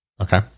okay